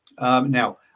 Now